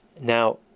Now